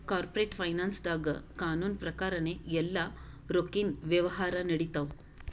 corporate ಫೈನಾನ್ಸ್ದಾಗ್ ಕಾನೂನ್ ಪ್ರಕಾರನೇ ಎಲ್ಲಾ ರೊಕ್ಕಿನ್ ವ್ಯವಹಾರ್ ನಡಿತ್ತವ